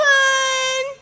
one